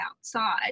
outside